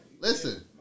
Listen